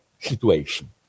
situation